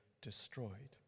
destroyed